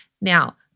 Now